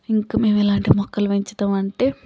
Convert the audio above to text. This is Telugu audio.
ఇంకా మేము ఎలాంటి మొక్కలు పెంచుతామంటే